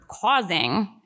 causing